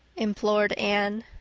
implored anne.